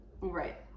Right